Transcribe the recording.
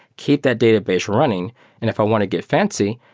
keep that database running, and if i want to get fancy,